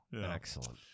Excellent